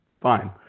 fine